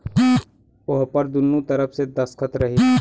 ओहपर दुन्नो तरफ़ के दस्खत रही